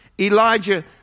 Elijah